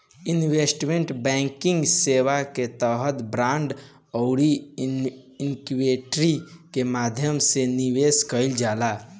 investment banking सेवा के तहत बांड आउरी इक्विटी के माध्यम से निवेश कईल जाला